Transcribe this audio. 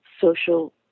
social